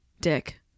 dick